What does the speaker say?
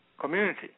community